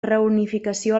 reunificació